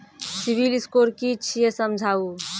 Civil score कि छियै समझाऊ?